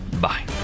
bye